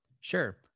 Sure